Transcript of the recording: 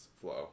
flow